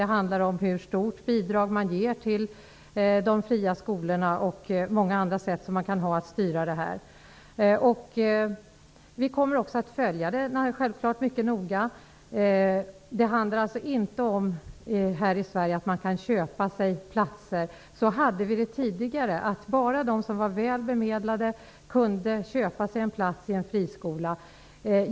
Det handlar om hur stort bidraget som ges till de fria skolorna skall vara och många andra sätt som finns för att kunna styra det hela. Vi kommer att följa denna fråga mycket noga. Det handlar inte om att man här i Sverige skall kunna köpa sig platser. Så var det tidigare, dvs. bara de som var väl bemedlade kunde köpa sig en plats i en fri skola.